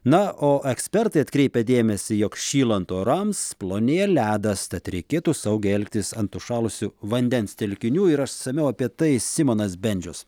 na o ekspertai atkreipia dėmesį jog šylant orams plonėja ledas tad reikėtų saugiai elgtis ant užšalusių vandens telkinių ir išsamiau apie tai simonas bendžius